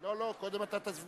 לא לא, קודם אתה תסביר.